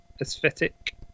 aesthetic